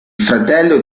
fratello